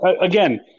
Again